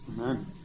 Amen